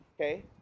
okay